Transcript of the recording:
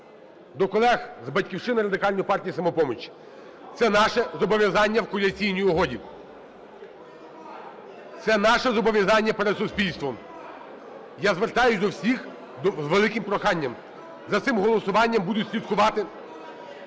до колег з "Батьківщини", Радикальної партії, "Самопомочі". Це наше зобов’язання в коаліційній угоді, це наше зобов’язання перед суспільством. Я звертаюсь до всіх з великим проханням. За цим голосуванням будуть слідкувати